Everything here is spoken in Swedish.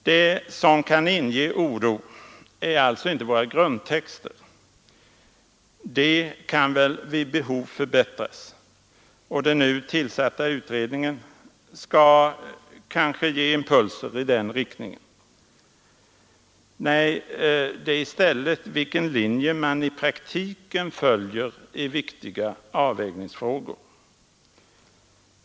Det som kan inge oro är alltså inte våra grundtexter — de kan väl vid behov förbättras, och den nu tillsatta utredningen skall kanske ge impulser i den riktningen — utan i stället vilken linje man i praktiken följer i viktiga avvägningsfrågor.